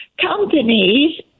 companies